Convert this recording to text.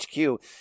HQ